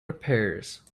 repairs